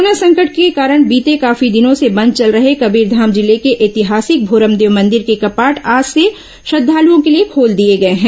corona संकट के कारण बीते काफी दिनों से बंद चल रहे कबीरधाम जिले के ऐतिहासिक भोरमदेव मंदिर के कपाट आज से श्रद्वालुओं के लिए खोल दिए गए हैं